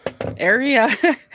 area